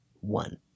one